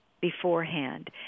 beforehand